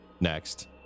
next